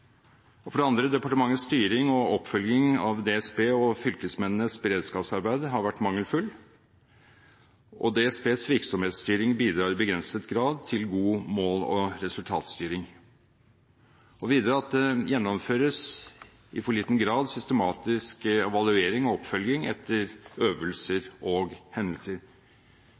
beredskapsdepartementet. For det andre: Departementets styring og oppfølging av DSB og fylkesmennenes beredskapsarbeid har vært mangelfull, og DSBs virksomhetsstyring bidrar i begrenset grad til god mål- og resultatstyring, og videre at det gjennomføres i for liten grad systematisk evaluering og oppfølging etter øvelser